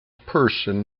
person